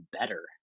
better